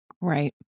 Right